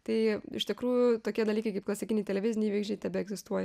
tai iš tikrųjų tokie dalykai kaip klasikiniai televiziniai įvaizdžiai tebeegzistuoja